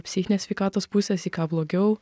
psichinės sveikatos pusės į ką blogiau